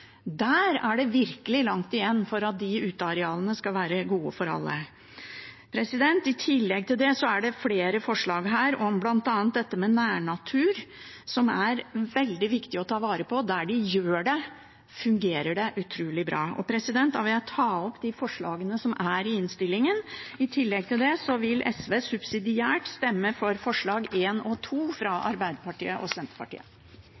Der er det virkelig langt igjen for at de utearealene skal være gode for alle. I tillegg til det er det flere forslag her om bl.a. dette med nærnatur, som er veldig viktig å ta vare på. Der de gjør det, fungerer det utrolig bra. Da vil jeg ta opp de forslagene vi har i innstillingen. I tillegg vil SV vil subsidiært stemme for forslagene nr. 1 og 2 fra Arbeiderpartiet og Senterpartiet.